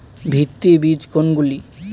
ভিত্তি বীজ কোনগুলি?